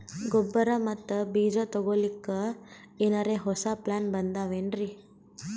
ಗೊಬ್ಬರ ಮತ್ತ ಬೀಜ ತೊಗೊಲಿಕ್ಕ ಎನರೆ ಹೊಸಾ ಪ್ಲಾನ ಬಂದಾವೆನ್ರಿ?